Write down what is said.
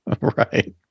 Right